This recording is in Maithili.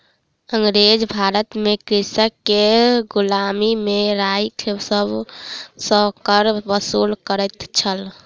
अँगरेज भारत में कृषक के गुलामी में राइख सभ सॅ कर वसूल करै छल